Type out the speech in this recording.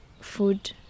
food